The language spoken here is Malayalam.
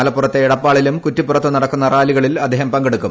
മലപ്പുറത്തെ എടപ്പാളിലും കുറ്റിപ്പുറത്തും നടക്കുന്ന റാലികളിൽ അദ്ദേഹം പങ്കടുക്കും